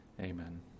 Amen